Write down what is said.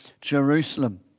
Jerusalem